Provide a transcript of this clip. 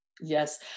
Yes